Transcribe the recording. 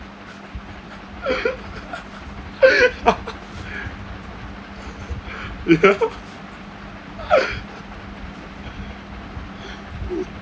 ya